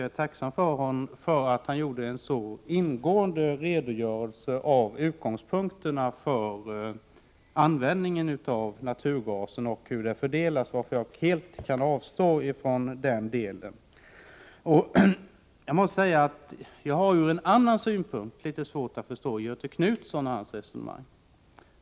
Jag är tacksam för att han lämnade en så ingående redogörelse för utgångspunkterna för användningen av och fördelningen av naturgasen, att jag helt kan avstå från att behandla den delen. Jag har från en annan synpunkt litet svårt att förstå Göthe Knutson och hans resonemang.